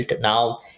Now